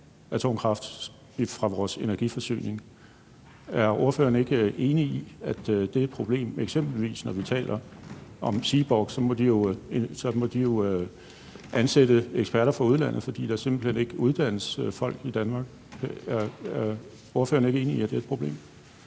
er skrevet ud af vores energiplanlægning. Er ordføreren ikke enig i, at det er et problem, når vi eksempelvis taler om Seaborg, at de jo må ansætte eksperter fra udlandet, fordi der simpelt hen ikke uddannes folk til det i Danmark? Er ordføreren ikke enig i, at det er et problem?